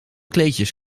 kleedjes